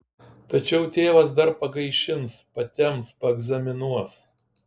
tačiau tėvas dar pagaišins patemps paegzaminuos